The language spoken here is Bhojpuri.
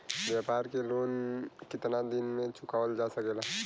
व्यापार के लोन कितना दिन मे चुकावल जा सकेला?